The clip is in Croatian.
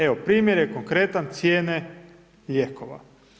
Evo, primjer je konkretan cijene lijekova.